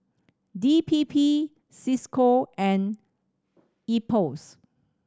D P P Cisco and IPOS